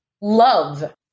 love